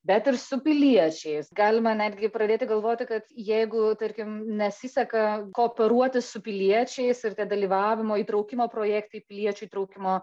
bet ir su piliečiais galima netgi pradėti galvoti kad jeigu tarkim nesiseka kooperuotis su piliečiais ir tie dalyvavimo įtraukimo projektai piliečių įtraukimo